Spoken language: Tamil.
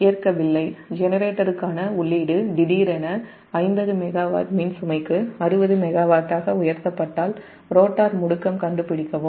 ஏற்கவில்லை ஆ ஜெனரேட்டருக்கான உள்ளீடு திடீரென 50 MW மின் சுமைக்கு 60 மெகாவாட்டாக உயர்த்தப்பட்டால் ரோட்டார் முடுக்கம் கண்டு பிடிக்கவும்